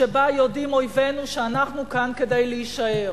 שבה יודעים אויבינו שאנחנו כאן כדי להישאר.